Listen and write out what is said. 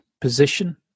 position